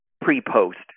pre-post